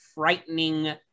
frightening